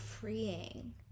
freeing